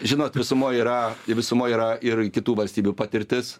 žinot visumoj yra visumoj yra ir kitų valstybių patirtis